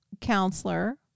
counselor